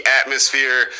atmosphere